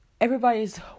everybody's